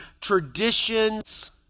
traditions